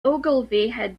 ogilvy